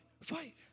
fight